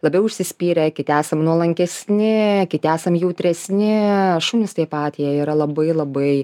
labiau užsispyrę kiti esam nuolankesni kiti esam jautresni šunys taip pat jie yra labai labai